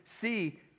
see